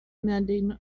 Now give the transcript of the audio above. mending